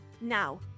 Now